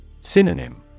Synonym